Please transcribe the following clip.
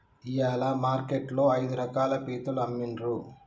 ఇయాల మార్కెట్ లో ఐదు రకాల పీతలు అమ్మిన్రు